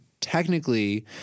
technically